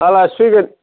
आलासि फैगोन